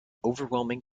overwhelming